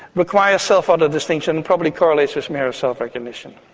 requires self-other distinction, probably correlates with mirror self-recognition.